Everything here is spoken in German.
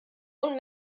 und